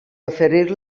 oferir